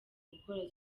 gukora